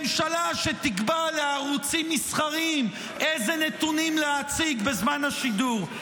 ממשלה שתקבע לערוצים מסחריים איזה נתונים להציג בזמן השידור.